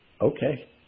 Okay